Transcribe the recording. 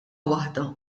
waħda